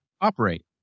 operate